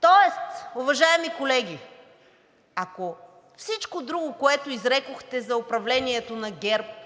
Тоест, уважаеми колеги, ако всичко друго, което изрекохте за управлението на ГЕРБ –